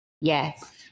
Yes